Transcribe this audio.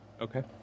okay